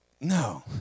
no